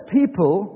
people